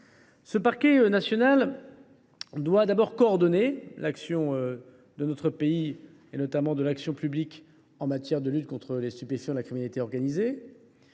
Ce parquet national doit d’abord coordonner l’action de notre pays, notamment l’action publique en matière de lutte contre les stupéfiants et la criminalité organisée.